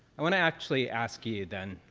i wanna actually ask you, then,